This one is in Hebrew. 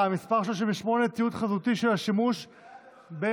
(מס' 38) (תיעוד חזותי של השימוש במכת"זית),